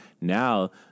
now